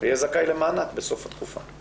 ויהיה זכאי למענק בסוף התקופה.